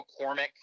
McCormick